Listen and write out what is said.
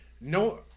no